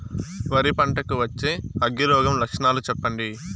వరి పంట కు వచ్చే అగ్గి రోగం లక్షణాలు చెప్పండి?